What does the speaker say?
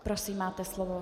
Prosím, máte slovo.